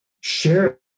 share